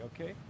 okay